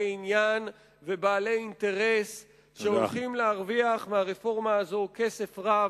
עניין ובעלי אינטרס שהולכים להרוויח מהרפורמה הזו כסף רב,